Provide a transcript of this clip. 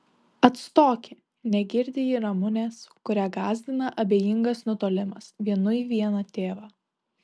atstoki negirdi ji ramunės kurią gąsdina abejingas nutolimas vienui vieną tėvą